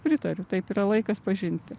pritariu taip yra laikas pažinti